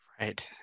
Right